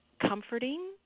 comforting